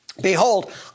Behold